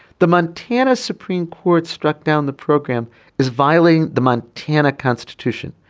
the montana supreme court struck down the program is violating the montana constitution.